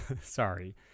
Sorry